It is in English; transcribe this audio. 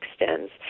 extends